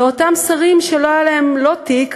לאותם שרים שלא היה להם לא תיק,